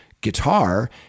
guitar